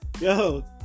Yo